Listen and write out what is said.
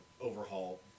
Overhaul